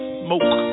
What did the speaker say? smoke